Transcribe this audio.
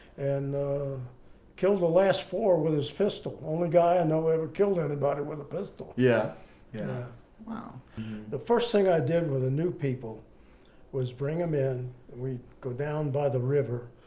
and killed the last four with his pistol. only guy i know ever killed anybody with a pistol. yeah yeah ah the first thing i did with the new people was bring them in, we'd go down by the river,